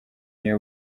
iyo